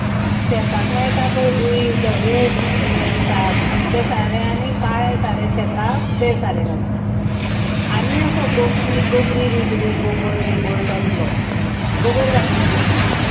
ना शेताक मेळटा पळय गुळी धवें स हें सा तें सारें आनी काळें सारें शेताक तें सारें घालता आनी असो गोब्री गोब्री बिब्री गोबर बिबर तसलो गोबर घालचो पडटा